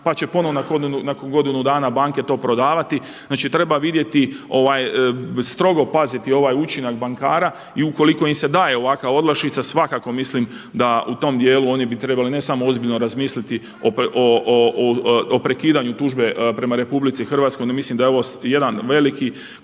pa će ponovno nakon godinu dana banke to prodavati. Znači treba vidjeti, strogo paziti ovaj učinak bankara i ukoliko im se daje ovakva olakšica svakako mislim da u tom djelu oni bi trebali ne smo ozbiljno razmisliti o prekidanju tužbe prema RH. No mislim da je ovo jedan veliki